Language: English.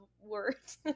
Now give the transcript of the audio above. words